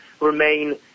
remain